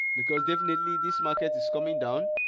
because definitely this market is coming down